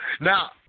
Now